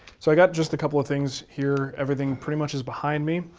so i got just a couple of things here. everything, pretty much is behind me.